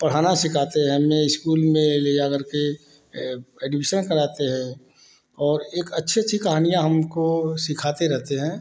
पढ़ना सिखाते हैं हमें स्कूल में ले जा करके एडमिशन कराते हैं और एक अच्छी अच्छी कहानियाँ हमको सिखाते रहते हैं